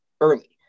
early